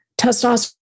testosterone